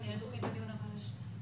והוא יגיד אם יש פתרון כזה או לא,